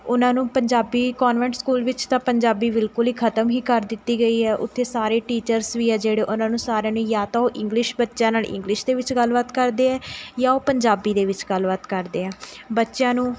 ਉਹਨਾਂ ਨੂੰ Punjabi convent school ਵਿੱਚ ਤਾਂ ਪੰਜਾਬੀ ਬਿਲਕੁਲ ਹੀ ਖ਼ਤਮ ਹੀ ਕਰ ਦਿੱਤੀ ਗਈ ਹੈ ਉੱਥੇ ਸਾਰੇ ਟੀਚਰਸ ਵੀ ਹੈ ਜਿਹੜੇ ਉਹਨਾਂ ਨੂੰ ਸਾਰਿਆਂ ਨੂੰ ਯਾ ਤਾਂ ਉਹ ਇੰਗਲਿਸ਼ ਬੱਚਿਆਂ ਨਾਲ਼ ਇੰਗਲਿਸ਼ ਦੇ ਵਿੱਚ ਗੱਲਬਾਤ ਕਰਦੇ ਹੈ ਯਾ ਉਹ ਪੰਜਾਬੀ ਦੇ ਵਿੱਚ ਗੱਲਬਾਤ ਕਰਦੇ ਹੈ ਬੱਚਿਆਂ ਨੂੰ